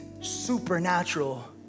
supernatural